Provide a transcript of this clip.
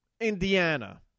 Indiana